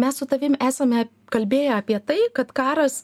mes su tavim esame kalbėję apie tai kad karas